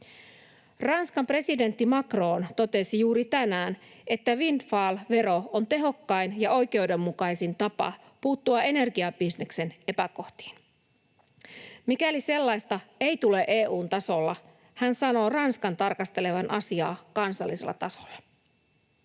Ranskan presidentti Macron totesi juuri tänään, että windfall-vero on tehokkain ja oikeudenmukaisin tapa puuttua energiabisneksen epäkohtiin. Mikäli sellaista ei tule EU:n tasolla, hän sanoo Ranskan tarkastelevan asiaa kansallisella tasolla.